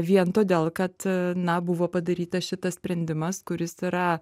vien todėl kad na buvo padarytas šitas sprendimas kuris yra